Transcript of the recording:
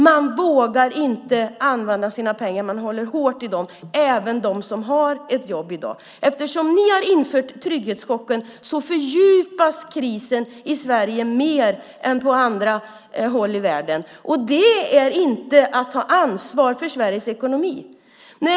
Man vågar inte använda sina pengar. Man håller hårt i dem. Det gäller även dem som har ett jobb i dag. Eftersom ni har infört trygghetschocken fördjupas krisen mer i Sverige än på andra håll i världen. Det är inte att ta ansvar för Sveriges ekonomi.